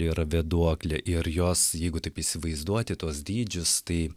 yra vėduoklė ir jos jeigu taip įsivaizduoti tuos dydžius tai